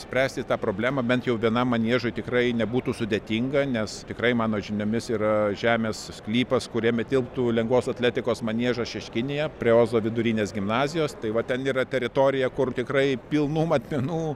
spręsti tą problemą bent jau vienam maniežui tikrai nebūtų sudėtinga nes tikrai mano žiniomis yra žemės sklypas kuriame tilptų lengvos atletikos maniežas šeškinėje prie ozo vidurinės gimnazijos tai va ten yra teritorija kur tikrai pilnų matmenų